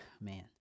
man